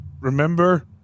Remember